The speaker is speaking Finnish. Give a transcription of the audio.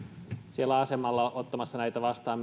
siellä asemalla ottamassa näitä vastaan